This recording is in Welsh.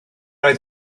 oedd